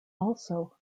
also